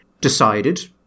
decided